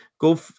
go